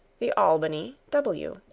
the albany, w